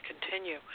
continue